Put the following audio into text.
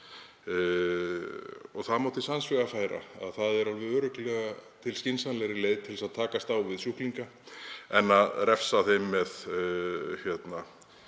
Það má til sanns vegar færa að það er alveg örugglega til skynsamlegri leið til að takast á við sjúklinga en að refsa þeim með